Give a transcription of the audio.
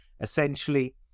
Essentially